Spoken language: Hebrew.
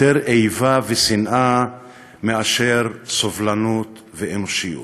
יותר איבה ושנאה מסובלנות ואנושיות.